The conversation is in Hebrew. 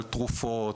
על תרופות,